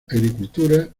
agricultura